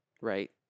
right